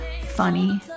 funny